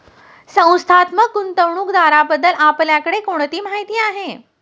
संस्थात्मक गुंतवणूकदाराबद्दल आपल्याकडे कोणती माहिती आहे?